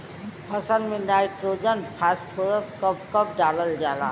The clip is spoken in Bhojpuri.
फसल में नाइट्रोजन फास्फोरस कब कब डालल जाला?